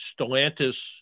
Stellantis